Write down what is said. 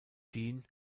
dean